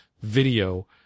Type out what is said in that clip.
video